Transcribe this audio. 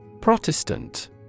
Protestant